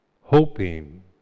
hoping